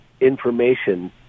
information